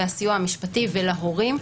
הסיוע המשפטי וההורים,